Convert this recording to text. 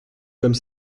comme